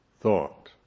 thought